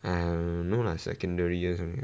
um no lah secondary